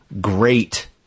great